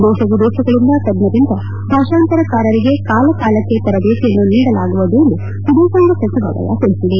ದೇಶ ವಿದೇಶಗಳಿಂದ ತಜ್ಞರಿಂದ ಭಾಷಂತರಕಾರರಿಗೆ ಕಾಲ ಕಾಲಕ್ಕೆ ತರಬೇತಿಯನ್ನು ನೀಡಲಾಗುವುದು ಎಂದು ವಿದೇಶಾಂಗ ಸಚಿವಾಲಯ ತಿಳಿಸಿದೆ